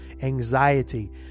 anxiety